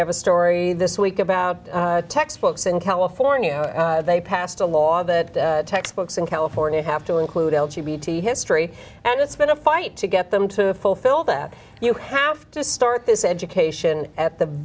have a story this week about textbooks in california they passed a law that textbooks in california have to include l g b t history and it's been a fight to get them to fulfill that you have to start this education at the